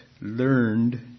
learned